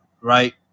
right